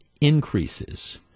increases